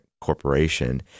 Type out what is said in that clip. corporation